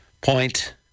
point